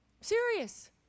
Serious